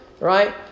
right